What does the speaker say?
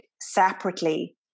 separately